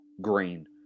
Green